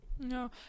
no